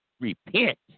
repent